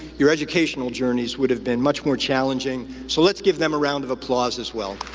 your educational journeys would have been much more challenging. so, let's give them a round of applause as well.